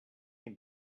can